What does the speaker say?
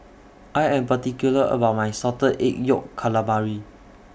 I Am particular about My Salted Egg Yolk Calamari